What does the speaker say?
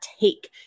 take